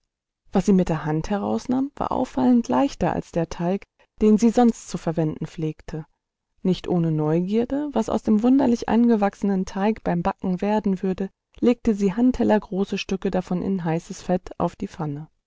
was sie mit der hand herausnahm war auffallend leichter als der teig den sie sonst zu verwenden pflegte nicht ohne neugierde was aus dem wunderlich angewachsenen teig beim backen werden würde legte sie handtellergroße stücke davon in heißes fett auf die